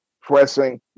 pressing